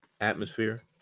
atmosphere